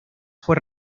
fue